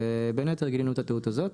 ובין היתר גילינו את הטעות הזאת.